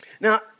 Now